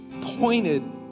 pointed